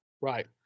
right